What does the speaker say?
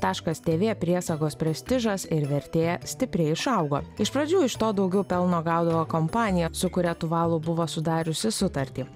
taškas tv priesagos prestižas ir vertė stipriai išaugo iš pradžių iš to daugiau pelno gaudavo kompanija su kuria tuvalu buvo sudariusi sutartį